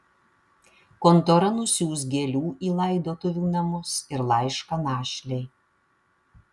kontora nusiųs gėlių į laidotuvių namus ir laišką našlei